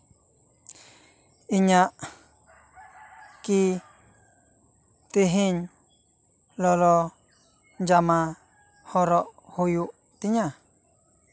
ᱤᱧᱟᱜ ᱠᱤ ᱛᱮᱦᱮᱧ ᱞᱚᱞᱚ ᱡᱟᱢᱟ ᱦᱚᱨᱚᱜ ᱦᱩᱭᱩᱜ ᱛᱤᱧᱟ